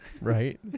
Right